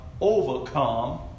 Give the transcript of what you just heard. overcome